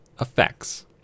Effects